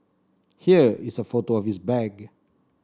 here is a photo of his bag